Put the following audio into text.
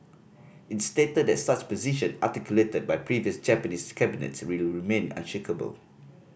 it stated that such position articulated by previous Japanese cabinets will remain unshakeable